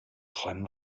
träum